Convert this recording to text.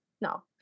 no